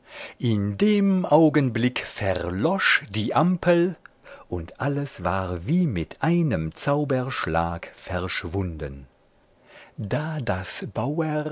in dem augenblick erlosch die ampel und alles war wie mit einem zauberschlag verschwunden da das